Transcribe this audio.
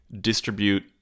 distribute